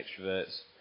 extroverts